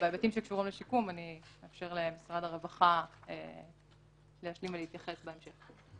בהיבטים שקשורים לשיקום אני אאפשר למשרד הרווחה להשלים ולהתייחס בהמשך.